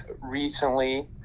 recently